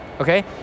okay